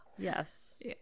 Yes